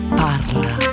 parla